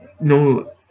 no